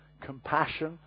compassion